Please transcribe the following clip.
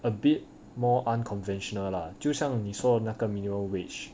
a bit more unconventional lah 就像你说的那个 minimum wage